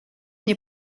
nie